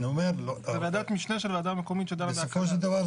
זו ועדת משנה של ועדה מקומית שדנה --- בסופו של דבר,